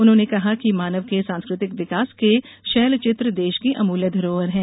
उन्होंने कहा कि मानव के सांस्कृतिक विकास के शैल चित्र देश की अमूल्य धरोहर हैं